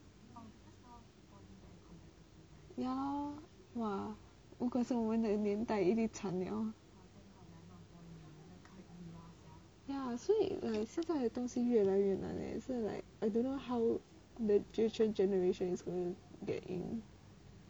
ya lor !wah! 如果是我们年代一定惨了 ya 所以 like 现在的东西越来越难 I don't know how the future generations is gonna get in